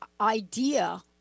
idea